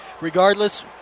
Regardless